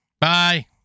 Bye